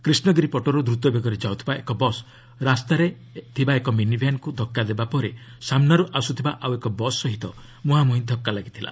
କ୍ରିଷଗିରି ପଟରୁ ଦ୍ରତବେଗରେ ଯାଉଥିବା ଏକ ବସ୍ ରାସ୍ତାରେ ଏକ ମିନିଭ୍ୟାନ୍କୁ ଧକ୍କା ଦେବା ପରେ ସାମ୍ନାରୁ ଆସୁଥିବା ଆଉ ଏକ ବସ୍ ସହ ମୁହାଁମ୍ରହିଁ ଧକ୍କା ଲାଗିଥିଲା